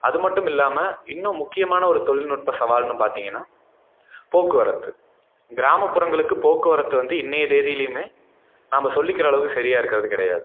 அது மட்டும் இல்லாமல் இன்னும் முக்கியமான ஒரு தொழில்நுட்ப சவால்னு பார்த்திங்கன்னா போக்குவரத்து கிராமப்புறங்களுக்கு போக்குவரத்து வந்து இன்றைய தேதிலையும் நாம் சொல்லிக்கிற அளவு சரியாக இருக்கிறது கிடையாது